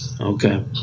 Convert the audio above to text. Okay